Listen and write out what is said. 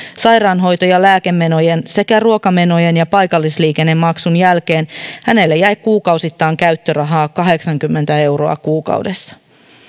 sairaanhoito ja lääkemenojen sekä ruokamenojen ja paikallisliikennemaksun jälkeen hänelle jää kuukausittain käyttörahaa kahdeksankymmentä euroa kuukaudessa